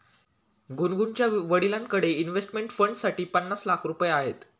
गुनगुनच्या वडिलांकडे इन्व्हेस्टमेंट फंडसाठी पन्नास लाख रुपये आहेत